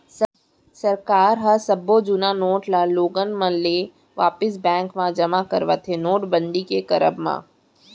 सरकार ह सब्बो जुन्ना नोट ल लोगन मन ले वापिस बेंक म जमा करवाथे नोटबंदी के करब म